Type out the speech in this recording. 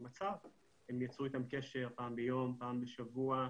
המצב הם יצרו איתם קשר פעם ביום, פעם בשבוע.